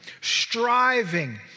striving